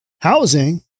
housing